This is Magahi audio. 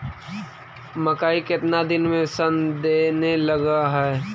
मकइ केतना दिन में शन देने लग है?